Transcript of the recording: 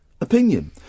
opinion